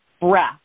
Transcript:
breath